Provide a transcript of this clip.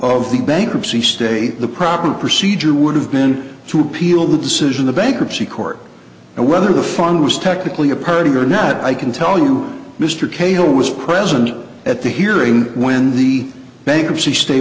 of the bankruptcy state the proper procedure would have been to appeal the decision the bankruptcy court and whether the fund was technically a party or not i can tell you mr cahill was present at the hearing when the bankruptcy stay